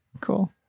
cool